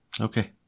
Okay